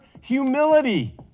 humility